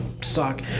suck